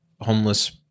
homeless